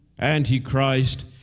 Antichrist